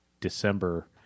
December